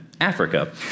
Africa